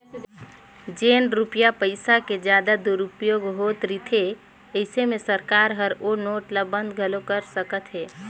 जेन रूपिया पइसा के जादा दुरूपयोग होत रिथे अइसे में सरकार हर ओ नोट ल बंद घलो कइर सकत अहे